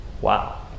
Wow